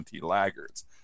laggards